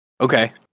Okay